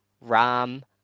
Ram